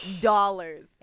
dollars